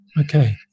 Okay